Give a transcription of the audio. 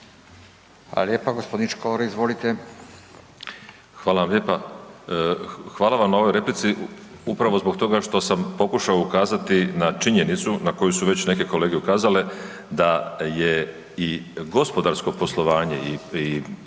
Hvala vam lijepa. Hvala vam na ovoj replici upravo zbog toga što sam pokušao ukazati na činjenicu na koju su već neke kolege ukazale da je i gospodarsko poslovanje i gospodarenje,